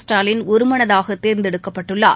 Stalin ஒருமனதாகதேர்ந்தெடுக்கப்பட்டுள்ளார்